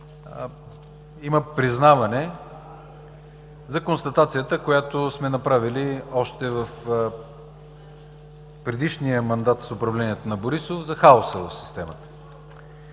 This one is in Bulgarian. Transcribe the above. има признаване за констатацията, която сме направили още при предишния мандат от управлението на Борисов за хаоса в системата.